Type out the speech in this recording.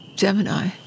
Gemini